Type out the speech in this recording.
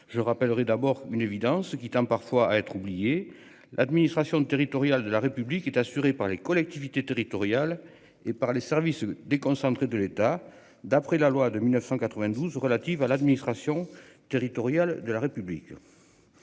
Je rappellerai d'abord une évidence qui tend parfois à être oublié l'administration territoriale de la République est assuré par les collectivités territoriales et par les services déconcentrés de l'État. D'après la loi de 1992 relative à l'administration territoriale de la République.